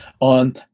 on